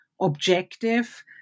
objective